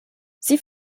sie